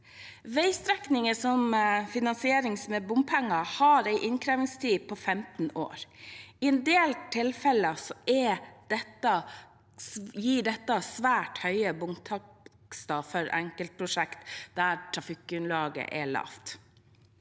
Veistrekninger som finansieres med bompenger, har en innkrevingstid på 15 år. I en del tilfeller gir dette svært høye bomtakster for enkeltprosjekt der trafikkgrunnlaget er lavt.